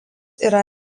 yra